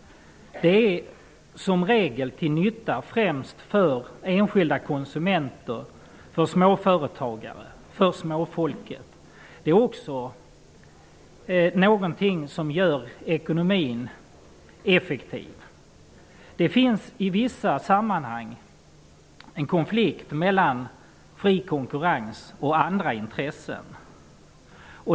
Den är som regel till nytta främst för enskilda konsumenter, småföretagare och småfolket. Den är också någonting som gör ekonomin effektiv. Det finns i vissa sammanhang en konflikt mellan fri konkurrens och andra intressen.